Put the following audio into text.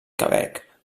quebec